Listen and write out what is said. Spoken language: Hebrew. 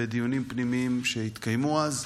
בדיונים פנימיים שהתקיימו אז,